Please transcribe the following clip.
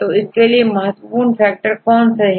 तो इसके लिए महत्वपूर्ण फैक्टर कौन से हैं